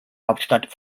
hauptstadt